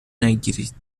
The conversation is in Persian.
نگیرید